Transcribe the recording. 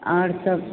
आओर सब